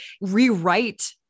rewrite